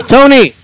Tony